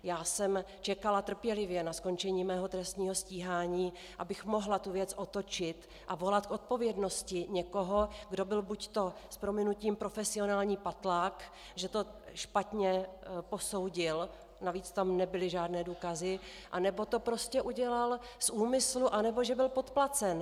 Já jsem čekala trpělivě na skončení svého trestního stíhání, abych mohla tu věc otočit a volat k odpovědnosti někoho, kdo byl buďto s prominutím profesionální patlák, že to špatně posoudil, navíc tam nebyly žádné důkazy, anebo to prostě udělal z úmyslu, anebo, že byl podplacen.